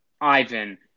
Ivan